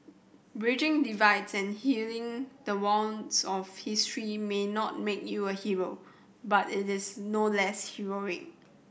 bridging divides and healing the wounds of history may not make you a Hero but it is no less heroic